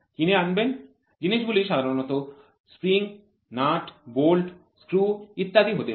কিনে আনবেন জিনিস গুলি সাধারণত স্প্রিং নাট্ বোল্ট স্ক্রু ইত্যাদি হতে পারে